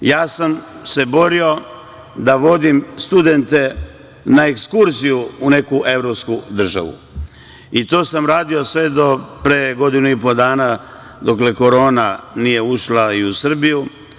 Ja sam se borio da vodim studente na ekskurziju u neku evropsku državu, i to sam radio do pre godinu i po dana dok korona nije ušla u Srbiju.